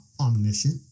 omniscient